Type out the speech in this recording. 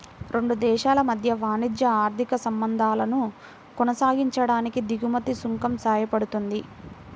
రెండు దేశాల మధ్య వాణిజ్య, ఆర్థిక సంబంధాలను కొనసాగించడానికి దిగుమతి సుంకం సాయపడుతుంది